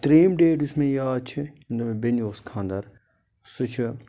ترٛیٚیِم ڈیٹ یُس مےٚ یاد چھِ ییٚمہِ دۄہ مےٚ بیٚنہِ اوس خانٛدر سُہ چھُ